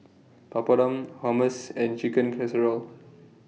Papadum Hummus and Chicken Casserole